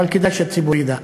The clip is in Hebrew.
אבל כדאי שהציבור ידע: